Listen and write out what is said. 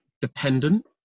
dependent